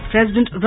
President